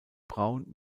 braun